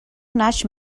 naix